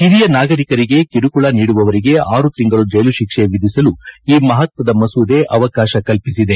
ಹಿರಿಯ ನಾಗರಿಕರಿಗೆ ಕಿರುಕುಳ ನೀಡುವವರಿಗೆ ಆರು ತಿಂಗಳ ಜೈಲು ಶಿಕ್ಷೆ ವಿಧಿಸಲು ಈ ಮಪತ್ವದ ಮಸೂದೆ ಅವಕಾಶ ಕಲ್ಪಿಸಲಿದೆ